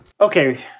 okay